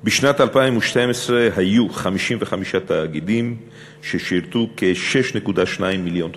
1. בשנת 2012 היו 55 תאגידים ששירתו כ-6.2 מיליון תושבים.